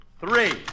three